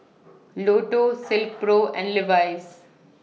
Lotto Silkpro and Levi's